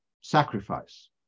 sacrifice